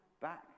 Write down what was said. back